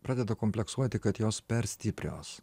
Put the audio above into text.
pradeda kompleksuoti kad jos per stiprios